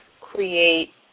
create